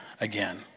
again